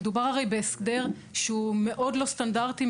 מדובר הרי בהסדר שהוא מאוד לא סטנדרטי,